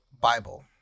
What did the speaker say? bible